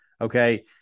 okay